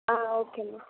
ஆ ஓகேம்மா